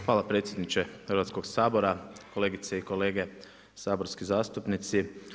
Hvala predsjedniče Hrvatskog sabora, kolegice i kolege, saborski zastupnici.